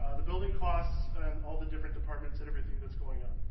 ah the building costs and all the different departments and everything that's going on.